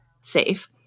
safe